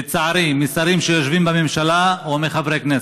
לצערי, משרים שיושבים בממשלה, או מחברי כנסת.